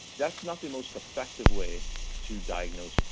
that's not the most effective way to diagnose.